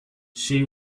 she